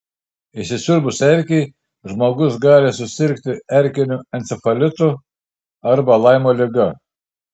įsisiurbus erkei žmogus gali susirgti erkiniu encefalitu arba laimo liga